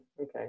Okay